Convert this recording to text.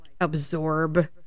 absorb